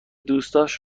دوستاش